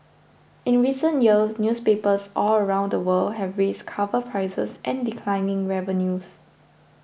in recent years newspapers all around the world have raised cover prices amid declining revenues